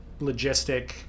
logistic